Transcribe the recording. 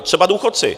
Třeba důchodci.